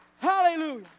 Hallelujah